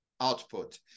output